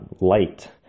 light